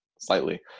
slightly